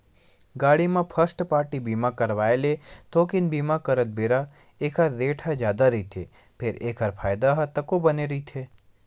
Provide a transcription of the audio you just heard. गाड़ी म first party बीमा करवाय ले थोकिन बीमा करत बेरा ऐखर रेट ह जादा रहिथे फेर एखर फायदा ह तको बने रहिथे